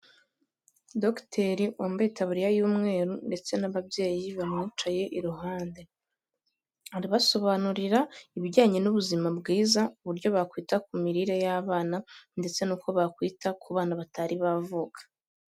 Dogiteri wambaye itabariya y'umweru ndetse n'ababyeyi bamwicaye iruhande. Arabasobanurira ibijyanye n'ubuzima bwiza uburyo bakwita ku mirire y'abana ndetse n'uko bakwita ku bana batari bavuka.